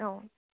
অঁ